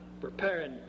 preparing